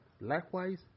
Likewise